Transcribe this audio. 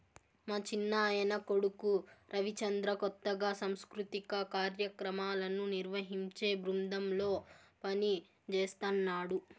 మా చిన్నాయన కొడుకు రవిచంద్ర కొత్తగా సాంస్కృతిక కార్యాక్రమాలను నిర్వహించే బృందంలో పనిజేస్తన్నడు